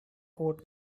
coat